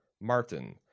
Martin